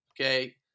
okay